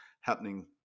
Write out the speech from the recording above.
happening